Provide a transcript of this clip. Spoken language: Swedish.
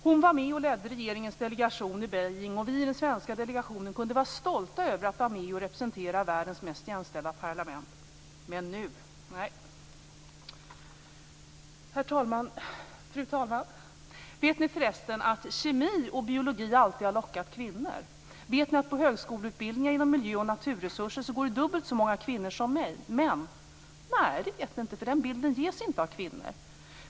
Hon var med och ledde regeringens delegation i Beijing. Vi i den svenska delegationen kunde vara stolta över att vara med och representera världens mest jämställda parlament. Men nu - nej. Fru talman! Vet ni att kemi och biologi alltid har lockat kvinnor? Vet ni att det på högskoleutbildningar inom områden som miljö och naturresurser går dubbelt så många kvinnor som män? Nej, det vet ni inte, för den bilden av kvinnor ges inte.